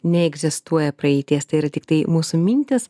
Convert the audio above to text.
neegzistuoja praeities tai yra tiktai mūsų mintys